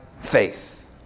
faith